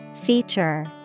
Feature